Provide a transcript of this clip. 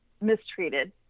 mistreated